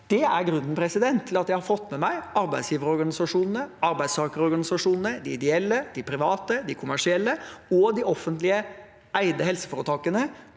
Det er grunnen til at jeg har fått med meg arbeidsgiverorganisasjonene, arbeidstakerorganisasjonene, de ideelle, de private, de kommersielle og de offentlig eide helseforetakene